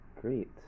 great